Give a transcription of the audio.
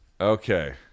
Okay